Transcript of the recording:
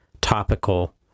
topical